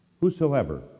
whosoever